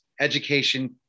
education